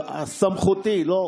סמכותי.